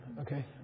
Okay